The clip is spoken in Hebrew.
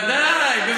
ודאי.